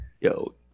Yo